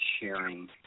sharing